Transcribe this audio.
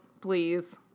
Please